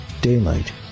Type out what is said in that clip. daylight